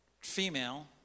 female